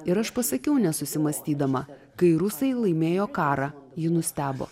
ir aš pasakiau nesusimąstydama kai rusai laimėjo karą ji nustebo